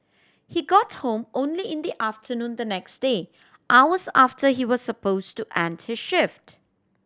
he got home only in the afternoon the next day hours after he was suppose to end his shift